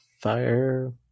fire